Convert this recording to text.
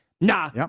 nah